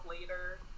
later